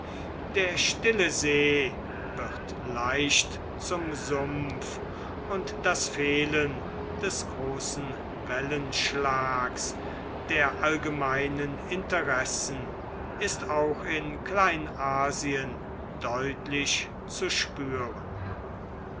der stille see wird leicht zum sumpf und das fehlen des großen wellenschlags der allgemeinen interessen ist auch in kleinasien deutlich zu spüren